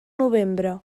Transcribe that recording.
novembre